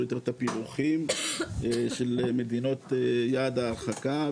יותר את הפילוחים של מדינות יעד ההרחקה.